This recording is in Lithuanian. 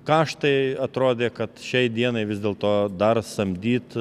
kaštai atrodė kad šiai dienai vis dėlto dar samdyt